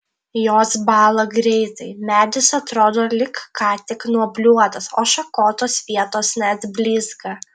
jos bąla greitai medis atrodo lyg ką tik nuobliuotas o šakotos vietos net blizga